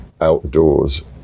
outdoors